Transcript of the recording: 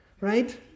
right